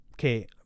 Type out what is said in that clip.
okay